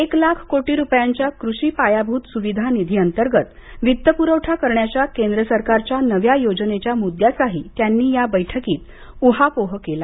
एक लाख कोटी रुपयांच्या कृषी पायाभूत सुविधा निधी अंतर्गत वित्तपुरवठा करण्याच्या केंद्र सरकारच्या नव्या योजनेच्या मुद्याचाही त्यांनी या बैठकीत ऊहापोह केला